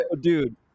Dude